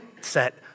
set